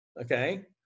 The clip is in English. okay